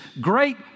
great